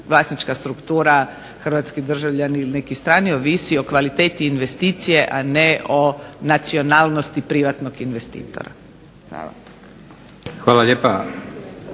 vlasnička struktura hrvatski državljanin ili neki strani ovisi o kvaliteti investicije, a ne o nacionalnosti privatnog investitora. Hvala.